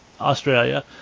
Australia